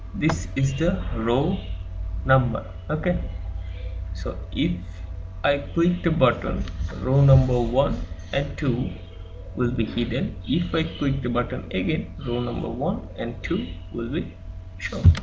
this is the row number okay so if i click the button row number one and two will be hidden if i click the button again row number one and two will be showed